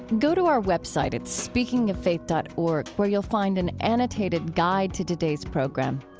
go to our website at speakingoffaith dot org where you'll find an annotated guide to today's program.